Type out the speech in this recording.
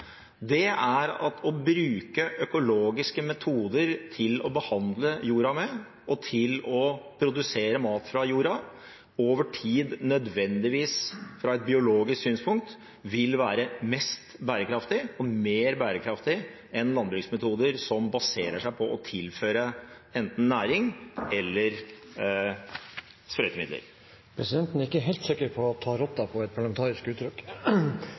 innlysende, er at å bruke økologiske metoder for å behandle jorda og for å produsere mat fra jorda over tid nødvendigvis, fra et biologisk synspunkt, vil være mest bærekraftig – og mer bærekraftig enn landbruksmetoder som baserer seg på å tilføre enten næring eller sprøytemidler. Presidenten er ikke helt sikker på at «å ta rotta på» er et parlamentarisk uttrykk.